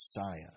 Messiah